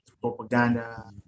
propaganda